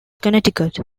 connecticut